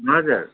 हजुर